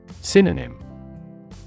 Synonym